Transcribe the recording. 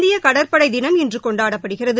இந்தியகடற்படைதினம் இன்றுகொண்டாடப்படுகிறது